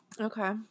Okay